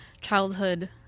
childhood